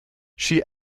she